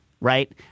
right